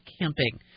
camping